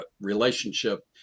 relationship